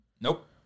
Nope